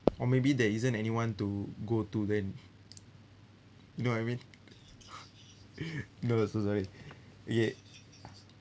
or maybe there isn't anyone to go to then you know what I mean no so sorry y~